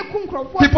people